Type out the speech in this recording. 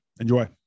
Enjoy